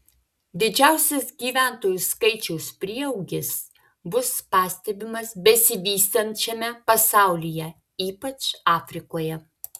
didžiausias gyventojų skaičiaus prieaugis bus pastebimas besivystančiame pasaulyje ypač afrikoje